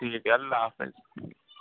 ٹھیک ہے اللہ حافظ